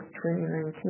2019